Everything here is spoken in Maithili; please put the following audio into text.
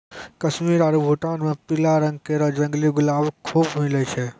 कश्मीर आरु भूटान म पीला रंग केरो जंगली गुलाब खूब मिलै छै